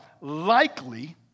likely